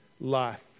life